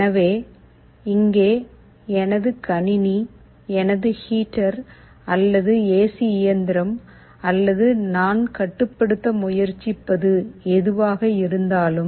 எனவே இங்கே எனது கணினி எனது ஹீட்டர் அல்லது ஏசி இயந்திரம் அல்லது நான் கட்டுப்படுத்த முயற்சிப்பது எதுவாக இருந்தாலும்